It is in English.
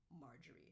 Marjorie